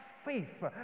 Faith